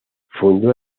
fundó